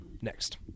next